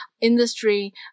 industry